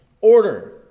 order